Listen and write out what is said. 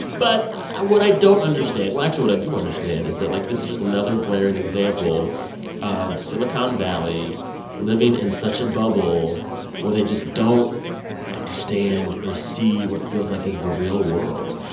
but what i don't understand well, actually, what i do understand is that, like, this is just another glaring example of silicon valley living in such a bubble where they just don't understand or see what feels like is the real world.